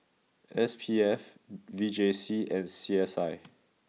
S P F V J C and C S I